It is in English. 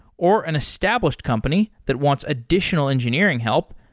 or an established company that wants additional engineering help,